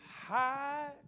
High